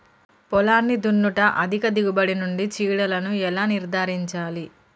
పొలాన్ని దున్నుట అధిక దిగుబడి నుండి చీడలను ఎలా నిర్ధారించాలి?